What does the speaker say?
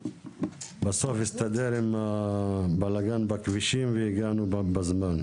בסוף הסתדר עם הבלגן בכבישים והגענו בזמן,